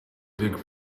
big